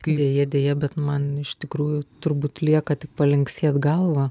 deja deja bet man iš tikrųjų turbūt lieka tik palinksėt galva